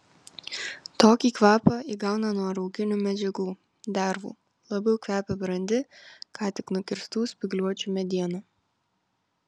tokį kvapą įgauna nuo rauginių medžiagų dervų labiau kvepia brandi ką tik nukirstų spygliuočių mediena